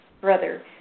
brother